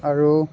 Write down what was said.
আৰু